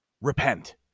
Repent